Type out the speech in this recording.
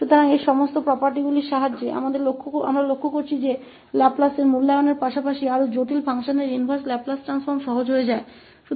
इसलिए इन सभी गुणों की सहायता से हमने देखा है कि लाप्लास के मूल्यांकन के साथ साथ बहुत अधिक जटिल फंक्शन का उलटा लाप्लास रूपांतरण आसान हो जाता है